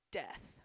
death